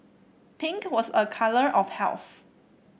pink was a colour of health